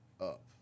up